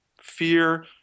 Fear